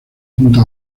junto